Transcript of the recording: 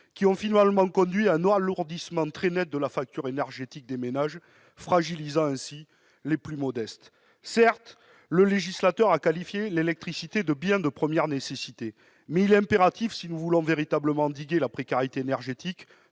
ont finalement conduit à un alourdissement très net de la facture énergétique des ménages, fragilisant ainsi les plus modestes. Certes, le législateur a qualifié l'électricité de « bien de première nécessité », mais il est impératif, si nous voulons véritablement endiguer la précarité énergétique,